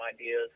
ideas